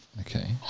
okay